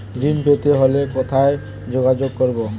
ঋণ পেতে হলে কোথায় যোগাযোগ করব?